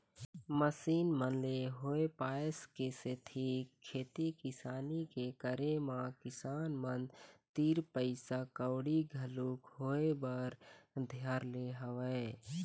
machine मन ले होय पाय के सेती खेती किसानी के करे म किसान मन तीर पइसा कउड़ी घलोक होय बर धर ले हवय